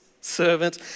servant